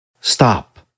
stop